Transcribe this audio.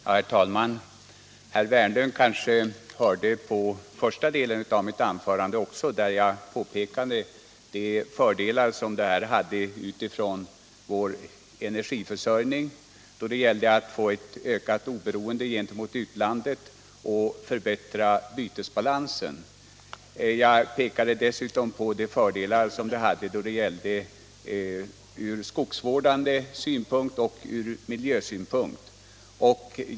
Herr talman! Herr Wärnberg kanske också lyssnade till första delen av mitt anförande, där jag påpekade de fördelar som denna ändring i beskattningen har för vår energiförsörjning, för ett ökat oberoende gentemot utlandet och för en förbättring av bytesbalansen. Jag pekade dessutom på fördelarna från skogsvårdssynpunkt och miljösynpunkt.